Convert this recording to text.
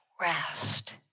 rest